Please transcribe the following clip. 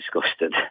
disgusted